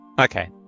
Okay